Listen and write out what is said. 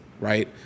right